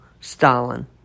Stalin